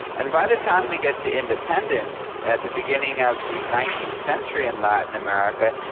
and by the time we get to independence at the beginning of the nineteenth century in latin america,